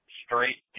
straight